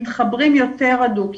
מתחברים יותר הדוק.